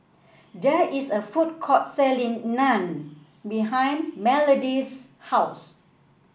there is a food court selling Naan behind Melody's house